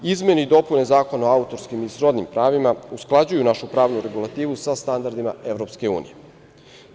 Izmene i dopune Zakona o autorskim i srodnim pravima usklađuju našu pravnu regulativu sa standardima Evropske unije.